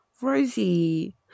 Rosie